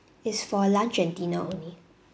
it's for lunch and dinner only